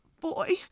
boy